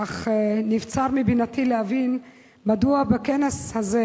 אך נבצר מבינתי להבין מדוע בכנס הזה,